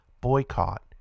boycott